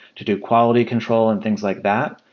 to do quality control and things like that,